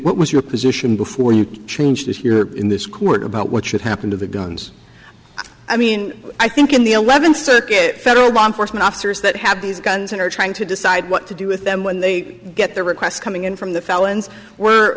what was your position before you changed it here in this court about what should happen to the guns i mean i think in the eleventh circuit federal law enforcement officers that have these guns and are trying to decide what to do with them when they get the request coming in from the felons were